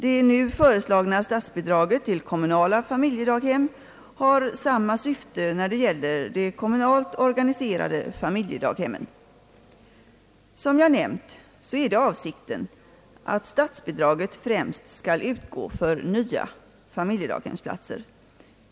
Det nu föreslagna statsbidraget till kommunala familjedaghem har samma syfte när det gäller de kommunalt organiserade familjedaghemmen. Som jag nämnt är avsikten att statsbidraget främst skall utgå för nya familjedaghemsplatser.